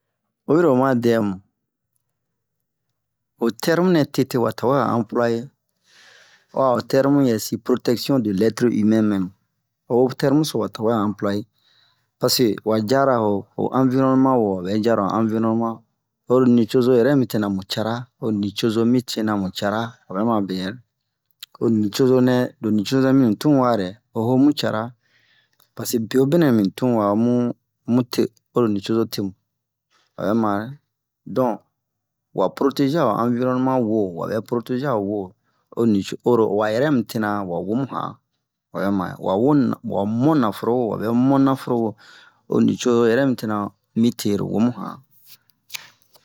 oyiro oma dɛmu ho terme nɛ tete wa tawe a employer ho'a o terme yɛsi protection de l'etre humain meme yo'o termeso tawe a employer paseke wa jara ho environnement wo wabɛ jara ho environnement oro nicozo yɛrɛ mi tena mu cara o nicozo mitena mu cara obɛ ma mube yɛre ho nicozonɛ lo nicozonɛ mini tunwa dɛ oho mu cara paseke bewobe nɛ mini tunwa omu mute oro nicozo temu obɛ mare don wa proteger a wa environnement wo wabɛ proteger wa environnement owo o nico oro wa yɛrɛ mitena wa womu han obɛmare wa wo wa mo naforo wo wa bɛ mo naforo wo o nicozo yɛrɛ mi tena mite lo womu yan